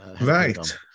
right